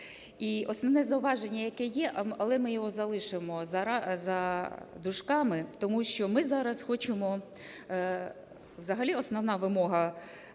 І основне зауваження, яке є, але ми його залишимо за дужками. Тому що ми зараз хочемо... Взагалі основна вимога